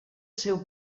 seu